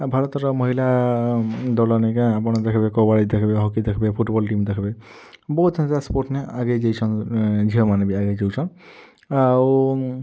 ଭାରତର ମହିଳା ଦଳ ନିକେଁ ଆପଣ ଦେଖିବେ କବାଡ଼ି ଦେଖିବେ ହକି ଦେଖ୍ବେ ଫୁଟ୍ବଲ୍ ଟିମ୍ ଦେଖ୍ବେ ବହୁତ ହେନ୍ତା ସ୍ପୋଟ୍ ନିକେଁ ଆଗେଇ ଯାଇଛନ୍ ଝିଅମାନେ ବି ଆଗେଇ ଯାଉଛନ୍ ଆଉ